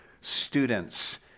students